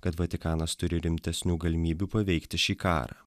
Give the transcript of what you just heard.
kad vatikanas turi rimtesnių galimybių paveikti šį karą